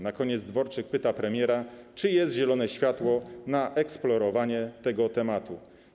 Na koniec Dworczyk pyta premiera, czy jest zielone światło na „eksplorowanie tego tematu”